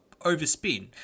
overspin